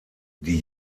die